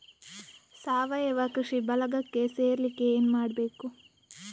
ಸಾವಯವ ಕೃಷಿ ಬಳಗಕ್ಕೆ ಸೇರ್ಲಿಕ್ಕೆ ಏನು ಮಾಡ್ಬೇಕು?